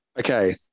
Okay